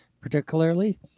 particularly